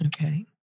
Okay